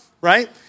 Right